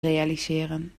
realiseren